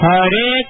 Hare